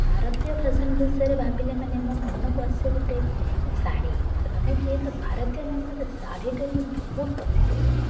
ଭାରତୀୟ ଫ୍ୟାସନ୍ ବିଷୟରେ ଭାବିଲେ ମାନେ ମୋ ମନକୁ ଆସେ ଗୋଟେ ଶାଢ଼ୀ ଆମେ ଯେହେତୁ ଭାରତୀୟ ନାରୀ ମୋତେ ଶାଢ଼ୀଟା ହିଁ ବହୁତ ପସନ୍ଦ ହୁଏ